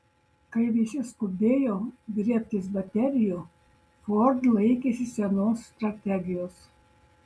kai visi skubėjo griebtis baterijų ford laikėsi senos strategijos